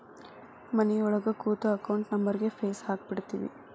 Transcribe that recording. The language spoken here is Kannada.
ಮನಿಯೊಳಗ ಕೂತು ಅಕೌಂಟ್ ನಂಬರ್ಗ್ ಫೇಸ್ ಹಾಕಿಬಿಡ್ತಿವಿ